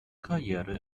karriere